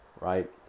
right